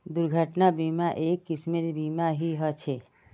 दुर्घटना बीमा, एक किस्मेर बीमा ही ह छे